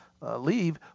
leave